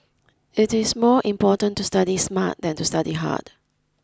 it is more important to study smart than to study hard